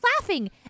laughing